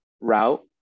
route